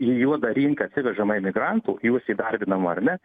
į juodą rinką atsivežama imigrantų juos įdarbinama ar ne